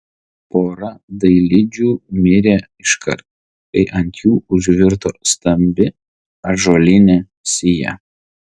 pora dailidžių mirė iškart kai ant jų užvirto stambi ąžuolinė sija